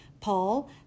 Paul